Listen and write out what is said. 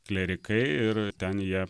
klierikai ir ten jie